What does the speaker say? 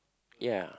ya